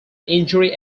injury